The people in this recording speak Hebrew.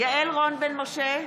יעל רון בן משה,